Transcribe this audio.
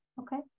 Okay